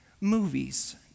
Movies